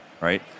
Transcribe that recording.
right